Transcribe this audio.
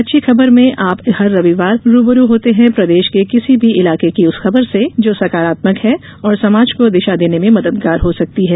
अच्छी खबरमें आप हर रविवार रूबरू होते हैं प्रदेश के किसी भी इलाके की उस खबर से जो सकारात्मक है और समाज को दिशा देने में मददगार हो सकती है